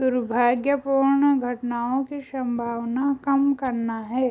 दुर्भाग्यपूर्ण घटनाओं की संभावना कम करना है